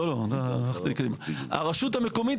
הרשות המקומית,